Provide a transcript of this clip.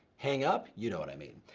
hang up, you know what i mean.